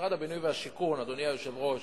כשמשרד הבינוי והשיכון, אדוני היושב-ראש,